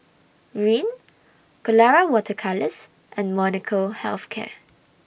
Rene Colora Water Colours and Molnylcke Health Care